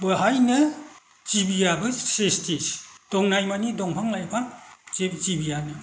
बेहायनो जिबिआबो स्रिस्ति दंनायमानि दंफां लाइफां जिब जिबिआनो